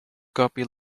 guppy